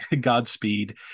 Godspeed